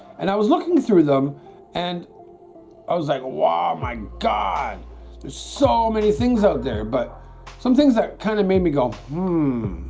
and i was looking through them and i was like wow my god there's so many things out there, but some things that kind of made me go hmm